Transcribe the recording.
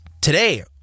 today